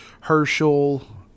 Herschel